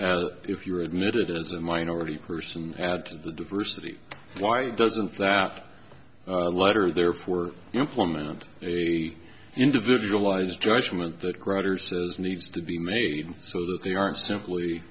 if you were admitted as a minority person at the diversity why doesn't that letter therefore implement a individualized judgment that grettir says needs to be made so that they aren't simply